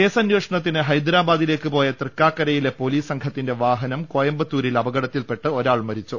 കേസന്വേഷണത്തിന് ഹൈദ്രബാദിലേക്ക് പോയ തൃക്കാ ക്കരയിലെ പൊലീസ് സംഘത്തിന്റെ വാഹനം കോയമ്പത്തൂ രിൽ അപകടത്തിൽ പെട്ട് ഒരാൾ മരിച്ചു